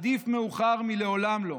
עדיף מאוחר מלעולם לא,